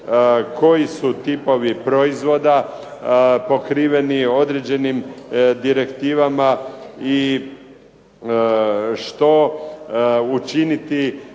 koji su tipovi proizvoda pokriveni određenim direktivama i što učiniti